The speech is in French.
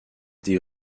des